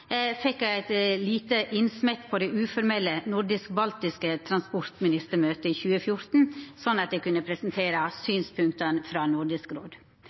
fekk som transportrapportør for Nordisk råd eit lite innsmett på det uformelle nordisk-baltiske transportministermøtet i 2014, sånn at eg kunne presentera synspunkta frå Nordisk råd.